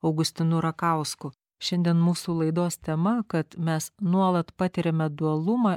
augustinu rakausku šiandien mūsų laidos tema kad mes nuolat patiriame dualumą